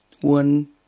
one